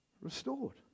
restored